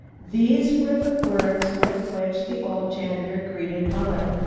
these were the words with which the old janitor greeted muller.